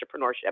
entrepreneurship